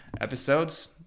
episodes